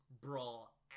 Brawl